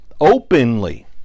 openly